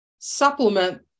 supplement